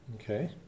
Okay